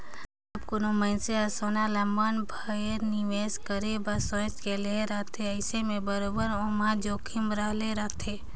जब कोनो मइनसे हर सोना ल मन भेर निवेस करे बर सोंएच के लेहे रहथे अइसे में बरोबेर ओम्हां जोखिम रहले रहथे